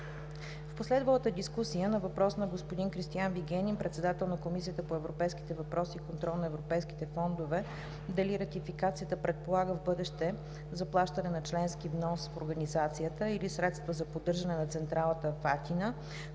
В последвалата дискусия на въпрос на господин Кристиан Вигенин, председател на Комисията по европейските въпроси и контрол на европейските фондове, дали ратификацията предполага в бъдеще заплащане на членски внос в организацията или средства за поддържане на централата в Атина,